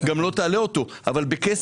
אבל גם לא תעלה אותו.